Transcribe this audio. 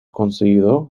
conseguido